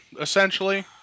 essentially